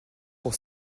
pour